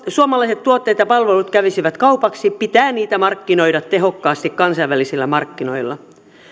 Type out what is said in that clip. suomalaiset tuotteet ja palvelut kävisivät kaupaksi pitää niitä markkinoida tehokkaasti kansainvälisillä markkinoilla